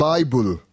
Bible